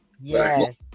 Yes